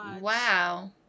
wow